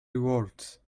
rewards